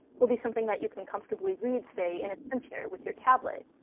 will be something that you can comfortably read, say, in an armchair with your tablet.